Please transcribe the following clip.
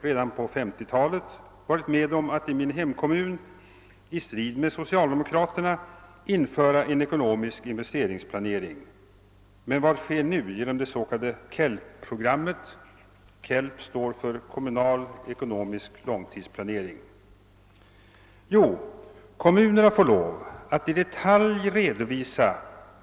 Redan växlingarna i möjligheterna att låna för kommunala ändamål gör detta nödvändigt — att låna kallas visst »negativt finansiellt sparande» i finansplanen. I ett brev till kommunernas styrelser av den 29 juni i år har inrikesministern velat lugna kommunalmännen något.